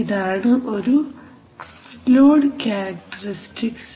ഇതാണ് ഒരു load characteristics